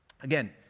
Again